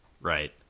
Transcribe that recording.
right